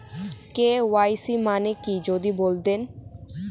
KYC মানে কি যদি বলতেন?